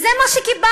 וזה מה שקיבלנו,